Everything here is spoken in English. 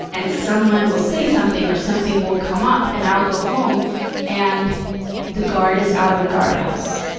and someone will say something or something will come up and i'll go home and the guard is out of the guard house.